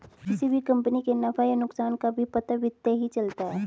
किसी भी कम्पनी के नफ़ा या नुकसान का भी पता वित्त ही चलता है